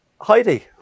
Heidi